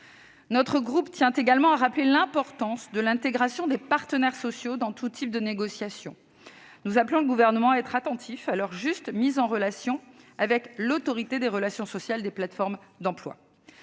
Notre groupe tient également à rappeler l'importance de l'intégration des partenaires sociaux dans tout type de négociations. Nous appelons le Gouvernement à être attentif à leur juste mise en relation avec l'ARPE. Quoi qu'il en soit, l'objectif de